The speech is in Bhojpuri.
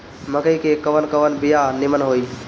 मकई के कवन कवन बिया नीमन होई?